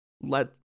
let